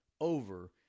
over